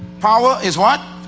power is what?